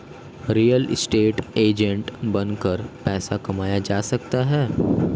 real estate agent बनकर पैसा कमाया जा सकता है